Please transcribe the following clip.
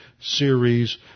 series